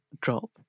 drop